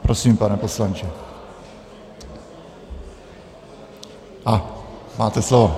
Prosím, pane poslanče, máte slovo.